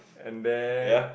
and then